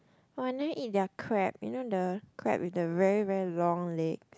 oh I nearly eat their crab you know the crab with the very very long leg